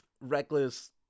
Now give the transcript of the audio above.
reckless